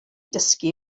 dysgu